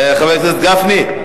חבר הכנסת גפני,